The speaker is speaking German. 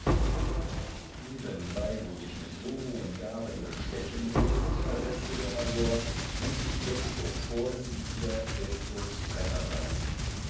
eben weil du mich mit so hohen gaben bestechen willst versetzte der major muß ich desto vorsichtiger desto strenger sein